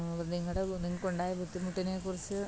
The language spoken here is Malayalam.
അപ്പം നിങ്ങളുടെ നിങ്ങൾക്കുണ്ടായ ബുദ്ധിമുട്ടിനെക്കുറിച്ച്